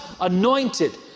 anointed